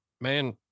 man